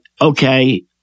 okay